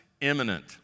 imminent